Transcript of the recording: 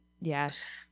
Yes